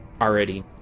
already